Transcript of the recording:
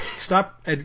stop